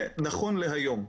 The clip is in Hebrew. זה נכון להיום.